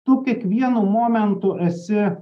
tu kiekvienu momentu esi